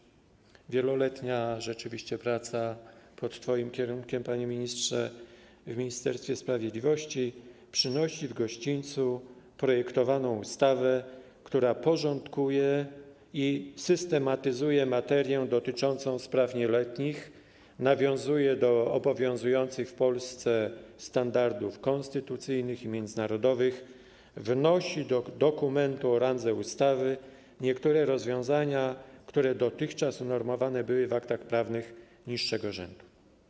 Rzeczywiście wieloletnia praca pod twoim kierunkiem, panie ministrze, w Ministerstwie Sprawiedliwości przynosi w gościńcu projektowaną ustawę, która porządkuje i systematyzuje materię dotyczącą spraw nieletnich, nawiązuje do obowiązujących w Polsce standardów konstytucyjnych i międzynarodowych, wnosi do dokumentu o randze ustawy niektóre rozwiązania, które dotychczas unormowane były w aktach prawnych niższego rzędu.